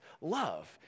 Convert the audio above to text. love